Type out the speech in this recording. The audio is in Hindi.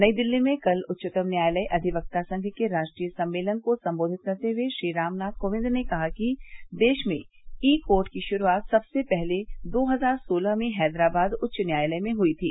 नई दिल्ली में कल उच्चतम न्यायालय अधिक्क्ता संघ के राष्ट्रीय सम्मेलन को संबोधित करते हुए श्री रामनाथ कोविंद ने कहा कि देश में ई कोर्ट की शुरूआत सबसे पहले दो हजार सोलह में हैदराबाद उच्च न्यायालय में हुई थी